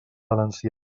valenciana